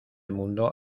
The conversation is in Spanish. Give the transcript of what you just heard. mundo